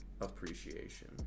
appreciation